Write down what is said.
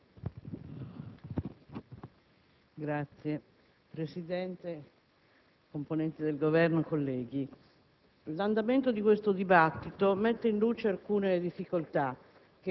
Signor Presidente, componenti del Governo, colleghi, l'andamento di questo dibattito mette in luce alcune difficoltà